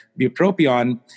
bupropion